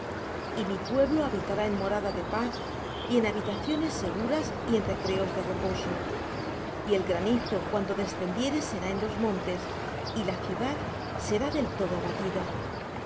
y mi pueblo habitará en morada de paz y en habitaciones seguras y en recreos de reposo y el granizo cuando descendiere será en los montes y la ciudad será del todo abatida